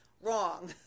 Wrong